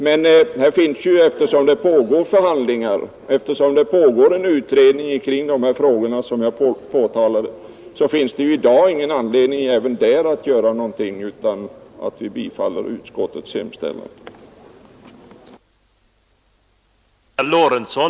Men eftersom förhandlingar pågår och eftersom en utredning arbetar med dessa frågor tycker jag att det inte heller där finns anledning göra någonting, utan vi kan bifalla utskottets hemställan.